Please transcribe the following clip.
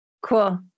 Cool